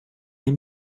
ein